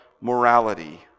morality